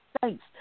thanks